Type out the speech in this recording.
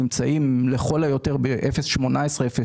ונמצאים לכל היותר ב-0.18%-0.19%.